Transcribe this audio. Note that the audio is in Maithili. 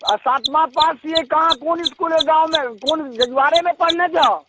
सातमाँ पास छियै कहाँ कोन इसकुल हइ गावँमे कोन जजुआरेमे पढ़ने छऽ